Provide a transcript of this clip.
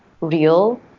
real